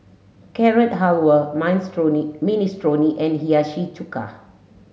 Carrot Halwa Minestrone Ministrone and Hiyashi Chuka